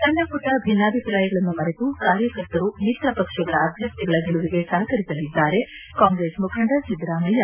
ಸಣ್ಣ ಮಟ್ಟ ಭಿನ್ನಾಭಿಪ್ರಾಯಗಳನ್ನು ಮರೆತು ಕಾರ್ಯಕರ್ತರು ಮಿತ್ರ ಪಕ್ಷಗಳ ಅಭ್ಯರ್ಥಿಗಳ ಗೆಲುವಿಗೆ ಸಹಕರಿಸಲಿದ್ದಾರೆ ಕಾಂಗ್ರೆಸ್ ಮುಖಂಡ ಸಿದ್ದರಾಮಯ್ಕ